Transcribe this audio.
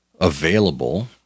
available